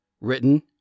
Written